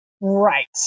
Right